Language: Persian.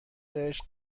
دلش